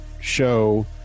show